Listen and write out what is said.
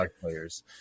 players